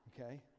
okay